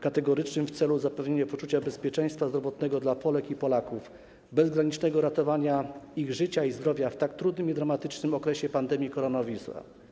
kategorycznym, w celu zapewnienia poczucia bezpieczeństwa zdrowotnego Polek i Polaków, bezgranicznego ratowania ich życia i zdrowia w tak trudnym i dramatycznym okresie pandemii koronawirusa.